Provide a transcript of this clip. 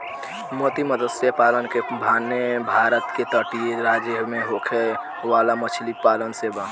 मोती मतस्य पालन के माने भारत के तटीय राज्य में होखे वाला मछली पालन से बा